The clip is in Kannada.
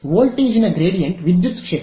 ವೋಲ್ಟೇಜಿನ ಗ್ರೇಡಿಯಂಟ್ ವಿದ್ಯುತ್ ಕ್ಷೇತ್ರ